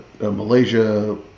Malaysia